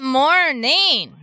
morning